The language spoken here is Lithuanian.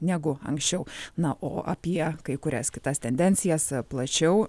negu anksčiau na o apie kai kurias kitas tendencijas plačiau